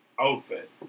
outfit